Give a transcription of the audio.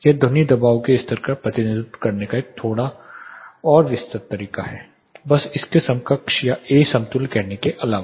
यह ध्वनि दबाव के स्तर का प्रतिनिधित्व करने का एक थोड़ा और विस्तृत तरीका है बस इसके समकक्ष या ए समतुल्य कहने के अलावा